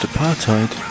Apartheid